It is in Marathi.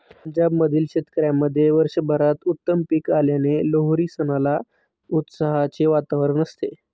पंजाब मधील शेतकऱ्यांमध्ये वर्षभरात उत्तम पीक आल्याने लोहरी सणाला उत्साहाचे वातावरण असते